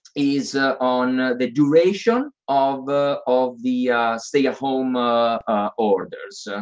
is on the duration of the of the stay-at-home orders.